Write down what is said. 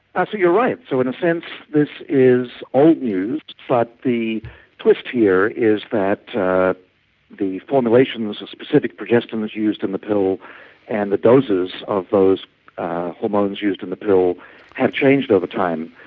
actually you're right. so in a sense this is old news, but the twist here is that the formulations, the specific progestins used in the pill and the doses of those hormones used in the pill have changed over time,